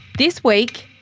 this week,